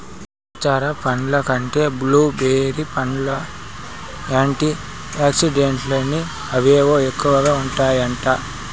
ఇతర పండ్ల కంటే బ్లూ బెర్రీ పండ్లల్ల యాంటీ ఆక్సిడెంట్లని అవేవో ఎక్కువగా ఉంటాయట